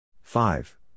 Five